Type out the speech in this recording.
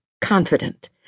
confident